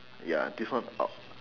ya this one o~